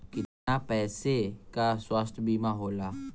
कितना पैसे का स्वास्थ्य बीमा होला?